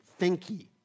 thinky